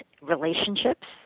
relationships